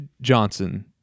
Johnson